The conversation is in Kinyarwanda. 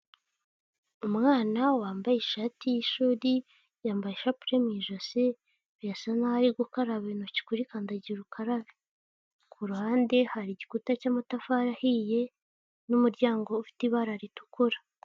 Umwana wambaye ishati yishuri, yambaye ishapure mu ijosi, birasa nkaho ari gukaraba intoki kuri kandagira ukarabe. Ku ruhande, hari igikuta cy'amatafari ahiye, n'umuryango ufite ibara ritukura.